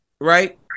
right